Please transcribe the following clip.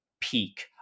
peak